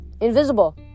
Invisible